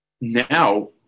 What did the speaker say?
Now